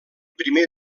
primer